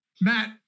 Matt